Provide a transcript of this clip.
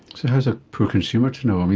so how's a poor consumer to know? i mean,